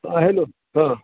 हां हॅलो हां